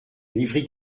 livry